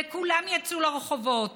וכולם יצאו לרחובות,